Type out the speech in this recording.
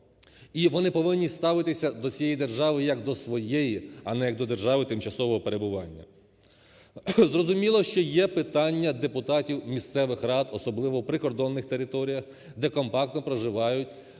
і вони повинні ставитися до цієї держави як до своєї, а не як до держави тимчасового перебування. Зрозуміло, що є питання депутатів місцевих рад, особливо в прикордонних територіях, де компактно проживають